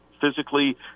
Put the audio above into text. physically